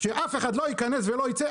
שאף אחד לא ייכנס ולא ייצא,